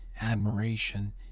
admiration